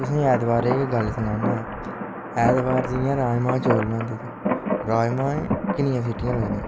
तुसेंगी ऐतबारे दी गल्ल सनाना ऐतबार जि'यां राजमाह् चौल होंदे राजमाह् गी किनिंया सिटियां लगदियां